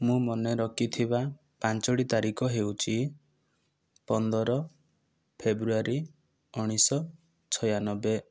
ମୁଁ ମନେରଖିଥିବା ପାଞ୍ଚଟି ତାରିଖ ହେଉଛି ପନ୍ଦର ଫେବୃଆରୀ ଉଣେଇଶ ଶହ ଛୟାନବେ